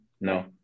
No